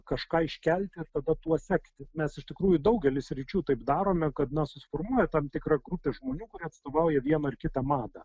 kažką iškelti ir tada tuo sekti mes iš tikrųjų daugely sričių taip darome kad mes susiformuoja tam tikra grupė žmonių kuri atstovauja vieną ar kitą madą